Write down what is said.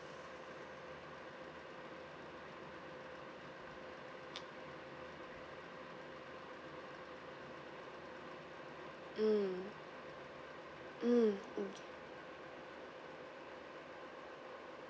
mm mm okay